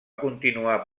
continuar